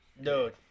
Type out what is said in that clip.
Dude